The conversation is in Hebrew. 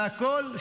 והכול,